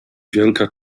wielka